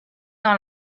dans